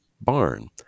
barn